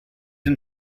and